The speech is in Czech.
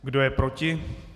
Kdo je proti?